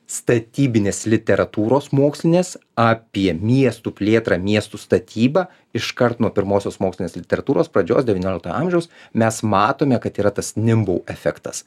statybinės literatūros mokslinės apie miestų plėtrą miestų statybą iškart nuo pirmosios mokslinės literatūros pradžios devyniolikto amžiaus mes matome kad yra tas nimbou efektas